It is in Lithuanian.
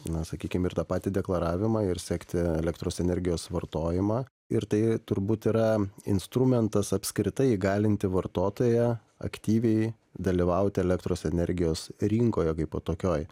na sakykim ir tą patį deklaravimą ir sekti elektros energijos vartojimą ir tai turbūt yra instrumentas apskritai įgalinti vartotoją aktyviai dalyvaut elektros energijos rinkoje kaip tokioj